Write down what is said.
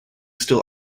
still